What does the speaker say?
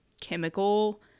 chemical